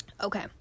Okay